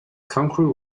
concrete